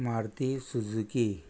Maruti Suzuki